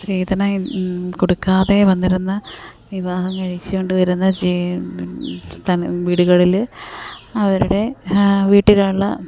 സ്ത്രീധനം കൊടുക്കാതെ വന്നിരുന്ന വിവാഹം കഴിച്ചു കൊണ്ട് വരുന്ന വീടുകളിൽ അവരുടെ വീട്ടിലുള്ള